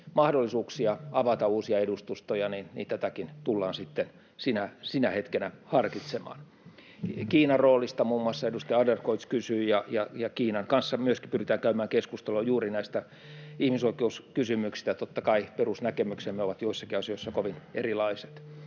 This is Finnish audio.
mahdollisuuksia avata uusia edustustoja, tätäkin tullaan sitten sinä hetkenä harkitsemaan. Kiinan roolista kysyi muun muassa edustaja Adlercreutz, ja Kiinan kanssa myöskin pyritään käymään keskustelua juuri näistä ihmisoikeuskysymyksistä. Totta kai perusnäkemyksemme ovat joissakin asioissa kovin erilaiset.